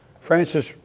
Francis